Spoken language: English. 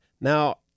Now